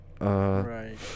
right